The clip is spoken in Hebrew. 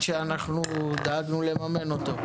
פרויקט שאנחנו דאגנו לממן אותו.